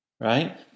right